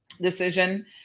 decision